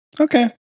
Okay